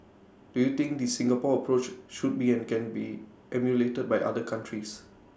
do you think this Singapore approach should be and can be emulated by other countries